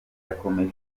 yakomeje